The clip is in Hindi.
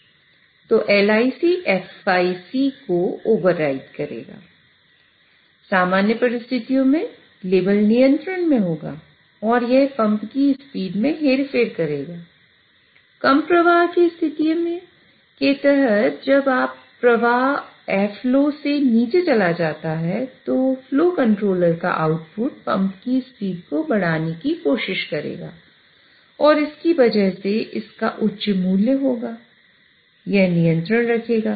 तो LIC FIC को ओवरराइड का आउटपुट पंप की स्पीड को बढ़ाने की कोशिश करेगा और इसकी वजह से इसका उच्च मूल्य होगा यह नियंत्रण रखेगा